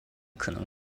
可能